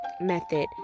method